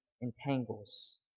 entangles